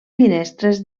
finestres